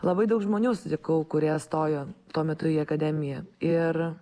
labai daug žmonių sutikau kurie stojo tuo metu į akademiją ir